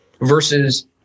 versus